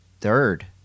Third